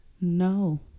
No